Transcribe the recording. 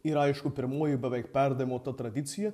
ir aišku pirmoji beveik perdavimo ta tradicija